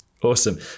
awesome